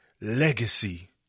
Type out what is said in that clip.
legacy